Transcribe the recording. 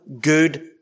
good